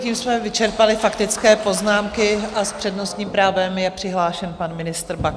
Tím jsme vyčerpali faktické poznámky a s přednostním právem je přihlášen pan ministr Baxa.